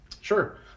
Sure